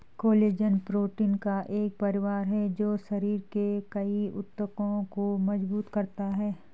collagen protein का एक परिवार है जो शरीर में कई ऊतकों को मजबूत करता है